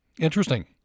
Interesting